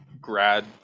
grad